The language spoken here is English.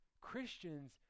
Christians